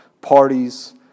parties